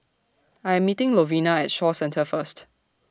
I Am meeting Lovina At Shaw Centre First